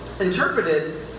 interpreted